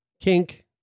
Kink